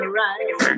right